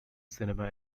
cinema